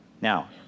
Now